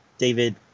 David